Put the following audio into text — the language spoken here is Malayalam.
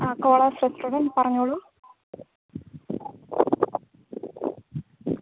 ആ കോയാസ് റെസ്റ്റോറൻ്റ് പറഞ്ഞോളൂ